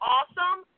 Awesome